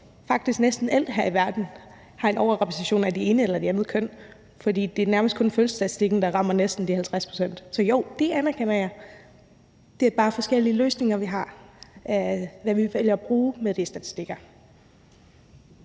at næsten alt her i verden har en overrepræsentation af det ene eller det andet køn, for det er nærmest kun i fødselsstatistikken, at man næsten rammer de 50 pct. Så jo, det anerkender jeg. Det er bare forskellige løsninger, vi har, i forhold til hvad vi vælger at bruge de statistikker